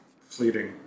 Fleeting